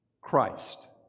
christ